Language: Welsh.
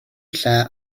lle